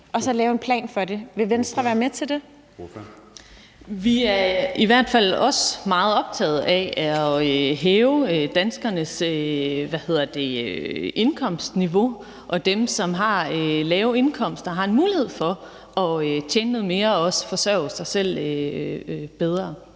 Ordføreren. Kl. 20:05 Linea Søgaard-Lidell (V): Vi er i hvert fald også meget optaget af at hæve danskernes indkomstniveau, og at dem, som har lave indkomster, har en mulighed for at tjene noget mere og også forsørge sig selv bedre.